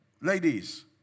Ladies